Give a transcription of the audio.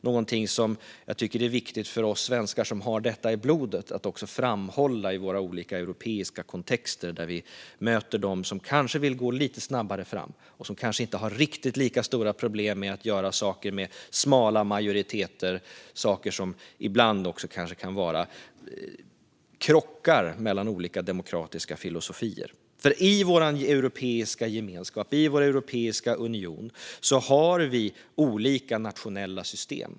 Det är något som jag tycker är viktigt för oss svenskar, som har detta i blodet, att framhålla i olika europeiska kontexter där vi möter dem som kanske vill gå lite snabbare fram och som kanske inte har riktigt lika stora problem med att göra saker med smala majoriteter - saker som ibland kan skapa krockar mellan olika demokratiska filosofier. I vår europeiska gemenskap, i vår europeiska union, har vi ju olika nationella system.